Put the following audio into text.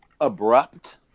abrupt